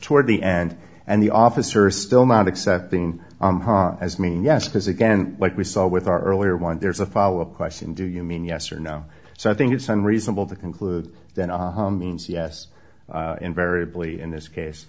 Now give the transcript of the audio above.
toward the end and the officer is still not accepting as mean yes because again like we saw with our earlier one there's a follow up question do you mean yes or no so i think it's unreasonable to conclude that means yes invariably in this case